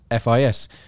FIS